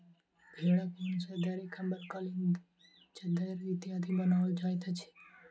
भेंड़क ऊन सॅ दरी, कम्बल, कालीन, चद्दैर इत्यादि बनाओल जाइत अछि